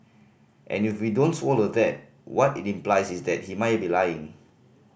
and if we don't swallow that what it implies is that he may be lying